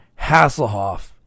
Hasselhoff